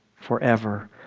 forever